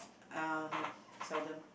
uh no seldom